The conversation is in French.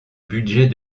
budget